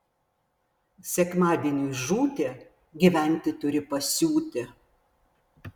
sekmadieniui žūti gyventi turi pasiūti